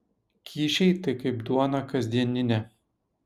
kyšiai tai kaip duona kasdieninė